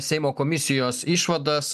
seimo komisijos išvadas